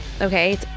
Okay